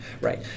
Right